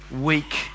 week